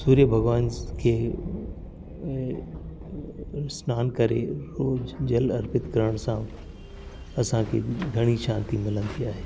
सूर्य भॻिवान खे सनानु करे जल अर्पित करण सां असांखे घणी शांती मिलंदी आहे